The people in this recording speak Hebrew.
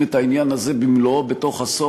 את העניין הזה במלואו בתוך עשור,